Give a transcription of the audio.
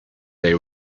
they